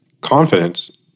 Confidence